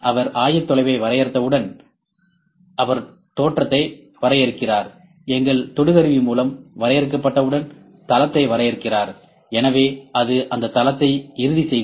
அவர் ஆயத்தொலைவை வரையறுத்தவுடன் அவர் தோற்றத்தை வரையறுக்கிறார் எங்கள் தொடு கருவி மூலம் வரையறுக்கப்பட்டவுடன் தளத்தை வரையறுக்கிறார் எனவே அது அந்த தளத்தை இறுதி செய்கிறது